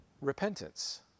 repentance